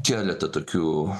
keletą tokių